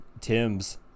tims